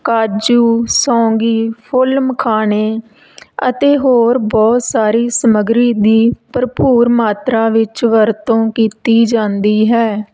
ਕਾਜੂ ਸੌਗੀ ਫੁੱਲ ਮਖਾਣੇ ਅਤੇ ਹੋਰ ਬਹੁਤ ਸਾਰੀ ਸਮੱਗਰੀ ਦੀ ਭਰਪੂਰ ਮਾਤਰਾ ਵਿੱਚ ਵਰਤੋਂ ਕੀਤੀ ਜਾਂਦੀ ਹੈ